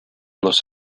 los